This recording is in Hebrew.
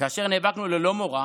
כאשר נאבקנו ללא מורא